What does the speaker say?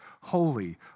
holy